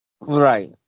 Right